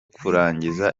kurangiza